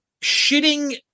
shitting